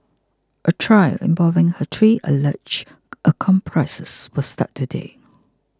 a trial involving her three alleged accomplices will start today